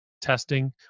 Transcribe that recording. testing